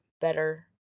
better